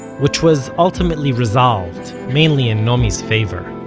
which was ultimately resolved, mainly in naomi's favor.